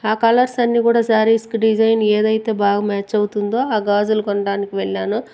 ఆ కలర్స్ అన్నీ కూడా శారీస్ కి డిజైన్ ఏదైతే బాగా మ్యాచ్ అవుతుందో ఆ గాజులు కొనడానికి వెళ్ళాను